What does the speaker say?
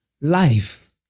life